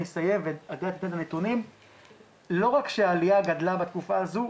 לא רק שהעלייה גדלה בתקופה הזו,